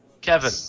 Kevin